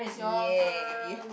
is your turn